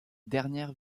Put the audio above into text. dernière